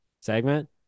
segment